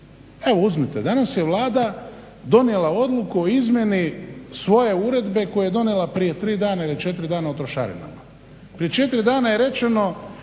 Evo uzmite, danas je Vlada donijela odluku o izmjeni svoje uredbe koju je donijela prije tri dana ili četiri dana o trošarinama. Prije četiri dana je rečeno